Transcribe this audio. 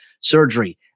surgery